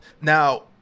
now